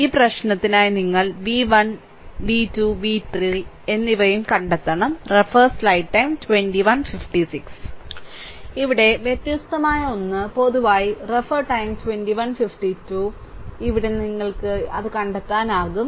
ഈ പ്രശ്നത്തിനായി നിങ്ങൾ v1 v2 v3 എന്നിവയും കണ്ടെത്തണം ഇവിടെ വ്യത്യസ്തമായ ഒന്ന് പൊതുവായി ഇവിടെ നിങ്ങൾക്ക് അത് കണ്ടെത്താനാകും